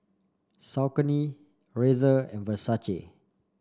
Saucony Razer and Versace